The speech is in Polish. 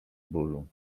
bólu